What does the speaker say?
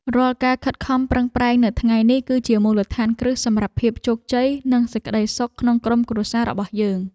រាល់ការខិតខំប្រឹងប្រែងនៅថ្ងៃនេះ គឺជាមូលដ្ឋានគ្រឹះសម្រាប់ភាពជោគជ័យនិងសេចក្តីសុខក្នុងក្រុមគ្រួសាររបស់យើង។